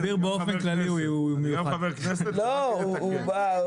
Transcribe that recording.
חברי כנסת יכולים לתקן את זה.